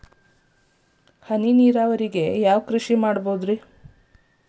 ಹನಿ ನೇರಾವರಿ ನಾಗ್ ಯಾವ್ ಕೃಷಿ ಮಾಡ್ಬೋದು?